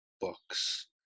books